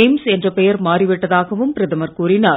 AIIMS என்ற பெயர் மாறிவிட்டதாகவும் பிரதமர் கூறினார்